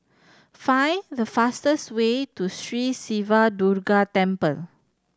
find the fastest way to Sri Siva Durga Temple